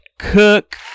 cook